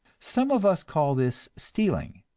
some of us call this stealing,